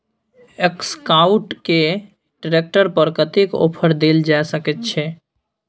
Escort के tractor पर कतेक ऑफर दैल जा सकेत छै?